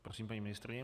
Prosím paní ministryni.